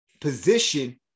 position